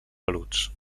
peluts